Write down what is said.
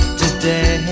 today